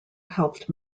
helped